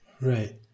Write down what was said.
right